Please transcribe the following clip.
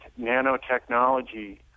nanotechnology